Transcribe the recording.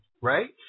right